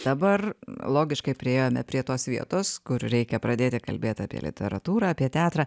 dabar logiškai priėjome prie tos vietos kur reikia pradėti kalbėt apie literatūrą apie teatrą